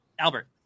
Albert